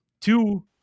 Two